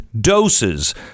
doses